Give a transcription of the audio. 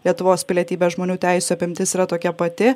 lietuvos pilietybę žmonių teisių apimtis yra tokia pati